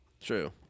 True